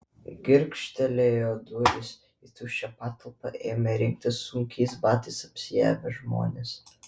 girgžtelėjo durys į tuščią patalpą ėmė rinktis sunkiais batais apsiavę žmonės